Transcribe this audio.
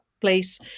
place